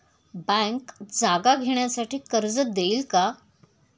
Bank जागा घेण्यासाठी कर्ज देईल का?